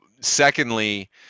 secondly